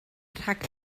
rhag